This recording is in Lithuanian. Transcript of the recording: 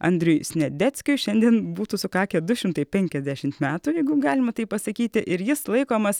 andriui sniadeckiui šiandien būtų sukakę du šimtai penkiasdešimt metų jeigu galima taip pasakyti ir jis laikomas